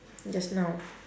just now